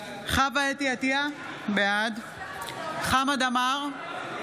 חוה אתי עטייה, בעד חמד עמאר,